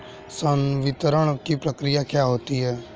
संवितरण की प्रक्रिया क्या होती है?